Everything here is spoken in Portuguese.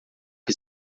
que